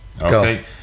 okay